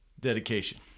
Dedication